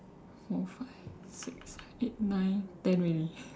four five six eight nine ten already